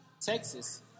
Texas